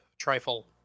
Trifle